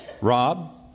rob